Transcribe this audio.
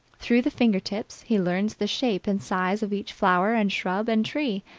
through the finger-tips, he learns the shape and size of each flower and shrub and tree,